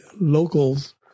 locals